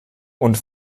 und